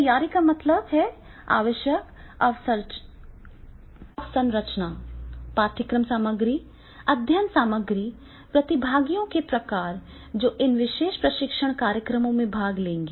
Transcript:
तैयारी का मतलब आवश्यक अवसंरचना पाठ्यक्रम सामग्री अध्ययन सामग्री प्रतिभागियों के प्रकार जो इन विशेष प्रशिक्षण कार्यक्रमों में भाग लेंगे